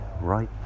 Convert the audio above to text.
right